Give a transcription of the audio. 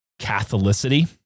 Catholicity